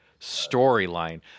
storyline